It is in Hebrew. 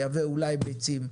לייבא אולי ביצים,